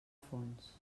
fons